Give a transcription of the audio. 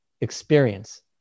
experience